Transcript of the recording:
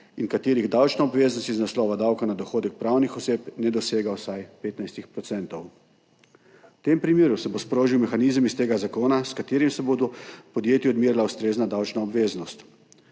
in katerih davčna obveznost iz naslova davka na dohodek pravnih oseb ne dosega vsaj 15 %. V tem primeru se bo sprožil mehanizem iz tega zakona, s katerim se bo podjetju odmerila ustrezna davčna obveznost.